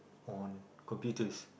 on computers